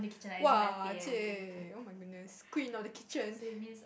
!wah! !chey! oh-my-goodness queen of the kitchen